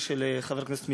של חברי הכנסת יואל רזבוזוב,